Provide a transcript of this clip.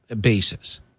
basis